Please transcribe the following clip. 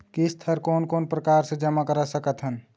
किस्त हर कोन कोन प्रकार से जमा करा सकत हन?